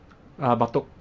ah batok